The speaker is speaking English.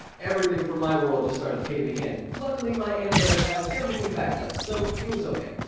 everything from my world just started caving in. luckily my animator has everything backed up, so it was okay!